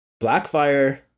Blackfire